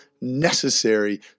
necessary